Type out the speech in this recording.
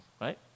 right